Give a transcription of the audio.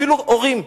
אפילו הורים,